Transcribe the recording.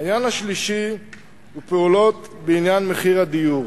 העניין השלישי הוא פעולות בעניין מחירי הדיור.